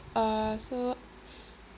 uh so